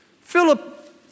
Philip